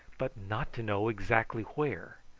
but not to know exactly where.